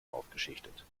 aufgeschichtet